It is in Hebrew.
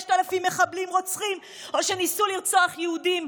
5,000 מחבלים רוצחים או שניסו לרצוח יהודים?